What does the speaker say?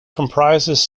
comprises